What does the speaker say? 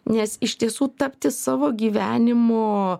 nes iš tiesų tapti savo gyvenimo